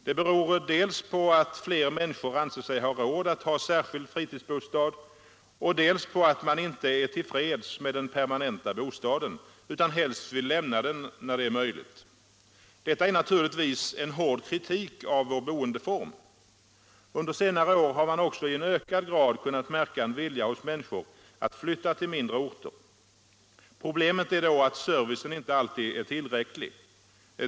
Det beror dels på att fler människor anser sig ha råd att ha särskild fritidsbostad, dels på att man inte är till freds med den permanenta bostaden utan helst vill lämna den då det är möjligt. Detta är naturligtvis en hård kritik av vår boendeform. Under senare år har man också i en ökad grad kunnat märka en vilja hos människor att flytta till mindre orter. Problemet är då att servicen inte alltid är tillräcklig.